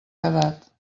quedat